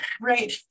right